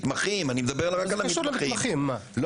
--- נעמה לזימי (יו"ר הוועדה המיוחדת לענייני צעירים):